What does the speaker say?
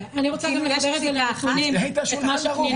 תפתחי שולחן ערוך.